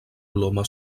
coloma